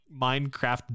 minecraft